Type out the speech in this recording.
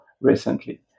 recently